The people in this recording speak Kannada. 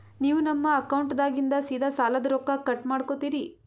ನೀವು ನಮ್ಮ ಅಕೌಂಟದಾಗಿಂದ ಸೀದಾ ಸಾಲದ ರೊಕ್ಕ ಕಟ್ ಮಾಡ್ಕೋತೀರಿ?